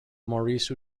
maurice